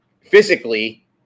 physically